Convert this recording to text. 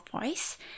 voice